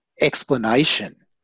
explanation